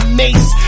mace